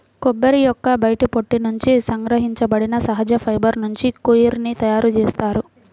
కొబ్బరి యొక్క బయటి పొట్టు నుండి సంగ్రహించబడిన సహజ ఫైబర్ నుంచి కోయిర్ ని తయారు చేస్తారు